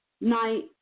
night